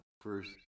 first